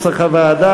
שוק ההון,